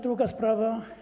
Druga sprawa.